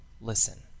Listen